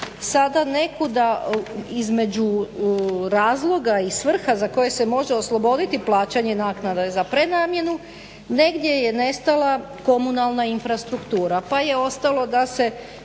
sada nekuda između razloga i svrha za koju se može osloboditi plaćanje naknada za prenamjenu negdje je nestala komunalna infrastruktura pa je ostalo da se